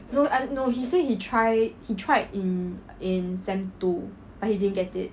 no err no he say he try he tried in in seem two but he didn't get it